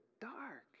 dark